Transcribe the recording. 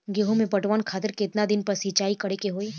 गेहूं में पटवन खातिर केतना दिन पर सिंचाई करें के होई?